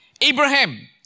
Abraham